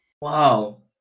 Wow